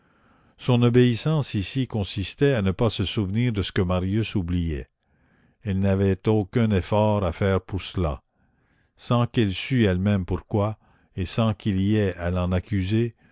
son obéissance ici consistait à ne pas se souvenir de ce que marius oubliait elle n'avait aucun effort à faire pour cela sans qu'elle sût elle-même pourquoi et sans qu'il y ait à l'en accuser